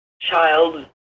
child